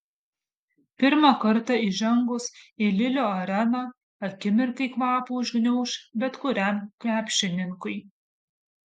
pirmą kartą įžengus į lilio areną akimirkai kvapą užgniauš bet kuriam krepšininkui